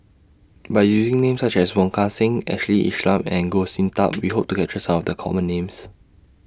By using Names such as Wong Kan Seng Ashley and Goh Sin Tub We Hope to capture Some of The Common Names